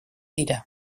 dira